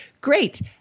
Great